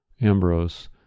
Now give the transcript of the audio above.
Ambrose